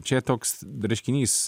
čia toks reiškinys